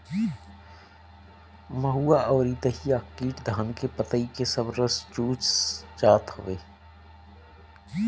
महुआ अउरी दहिया कीट धान के पतइ के सब रस चूस जात हवे